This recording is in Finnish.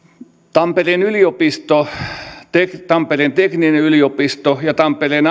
tampereen yliopisto tampereen teknillinen yliopisto ja tampereen